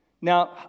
Now